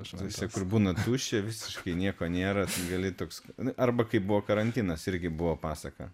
visur kur būna tuščia visiškai nieko nėra gali toks arba kaip buvo karantinas irgi buvo pasaka